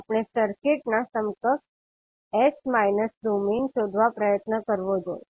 આપણે સર્કિટના સમકક્ષ s માઇનસ ડોમેઈન શોધવા જોઈએ